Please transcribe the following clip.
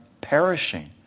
perishing